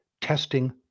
testing